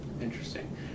Interesting